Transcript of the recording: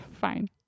Fine